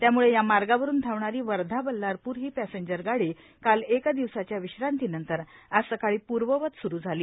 त्यामुळे या मार्गावरून धावणारी वर्धा बल्लारपूर हि पॅसेंजर गाडी काल एक दिवसाच्या विश्रांती नंतर आज सकाळी पूर्ववत स्रु झाली